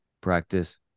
practice